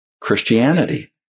Christianity